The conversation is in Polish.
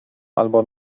albo